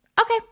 okay